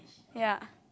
ya